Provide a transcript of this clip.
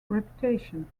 reputation